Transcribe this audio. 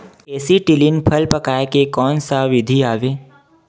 Acetylene फल पकाय के कोन सा विधि आवे?